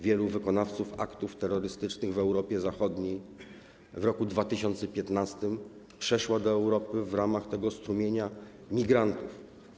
Wielu wykonawców aktów terrorystycznych w Europie Zachodniej w roku 2015 przeszło do Europy w ramach tego strumienia migrantów.